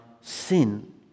sin